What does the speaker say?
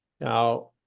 Now